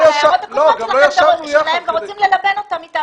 ההערות הקודמות שלהם ורוצים ללבן אותן אתם.